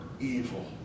evil